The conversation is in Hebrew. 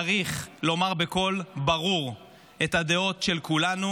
צריך לומר בקול ברור את הדעות של כולנו,